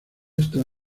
estos